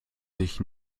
sich